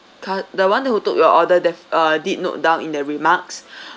cut~ the one who took your order def~ uh did note down in the remarks